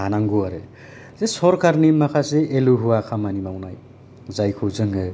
हानांगौ आरो जे सरखारनि बे माखासे एलुहुवा खामानि मावनाय जायखौ जोङो